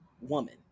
woman